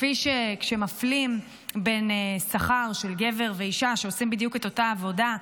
כפי שכשמפלים בשכר בין גבר ואישה שעושים בדיוק את אותה עבודה,